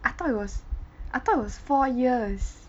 I thought it was I thought it was four years